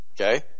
Okay